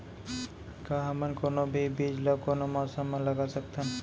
का हमन कोनो भी बीज ला कोनो मौसम म लगा सकथन?